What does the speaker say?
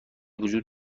وجود